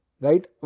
Right